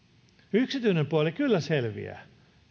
yksityinen puoli kyllä selviää